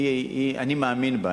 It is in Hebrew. אני מאמין בה.